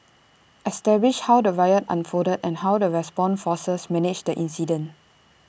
establish how the riot unfolded and how the response forces managed the incident